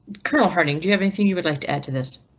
kernel hardening. do you have anything you'd like to add to this?